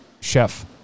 chef